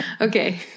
Okay